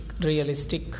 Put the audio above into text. realistic